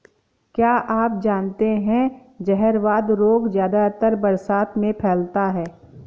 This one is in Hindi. क्या आप जानते है जहरवाद रोग ज्यादातर बरसात में फैलता है?